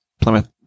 Plymouth